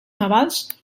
navals